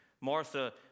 Martha